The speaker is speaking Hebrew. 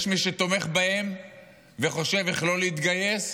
יש מי שתומך בהם וחושב איך לא להתגייס,